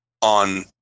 on